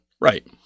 right